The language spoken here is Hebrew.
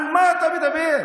על מה אתה מדבר?